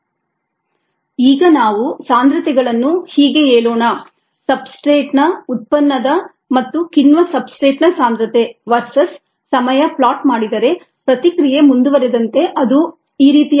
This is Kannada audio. ES Et E ಈಗ ನಾವು ಸಾಂದ್ರತೆಗಳನ್ನು ಹೀಗೆ ಹೇಳೋಣ ಸಬ್ಸ್ಟ್ರೇಟ್ನ ಉತ್ಪನ್ನದ ಮತ್ತು ಕಿಣ್ವ ಸಬ್ಸ್ಟ್ರೇಟ್ನ ಸಾಂದ್ರತೆ ವರ್ಸಸ್ ಸಮಯ ಪ್ಲಾಟ್ ಮಾಡಿದರೆ ಪ್ರತಿಕ್ರಿಯೆ ಮುಂದುವರೆದಂತೆ ಅದು ಈ